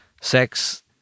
sex